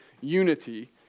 unity